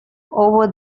over